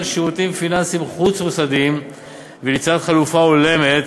שירותים פיננסיים חוץ-מוסדיים וליצירת חלופה הולמת